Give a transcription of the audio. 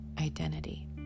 identity